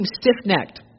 stiff-necked